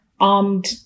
armed